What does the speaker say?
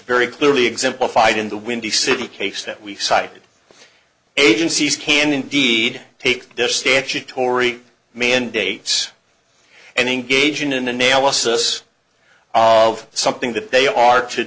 very clearly exemplified in the windy city case that we cited agencies can indeed take their statutory mandates and engage in an analysis of something that they are to